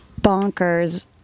Bonkers